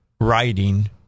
writing